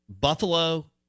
Buffalo